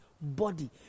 body